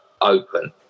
open